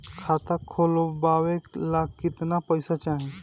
खाता खोलबे ला कितना पैसा चाही?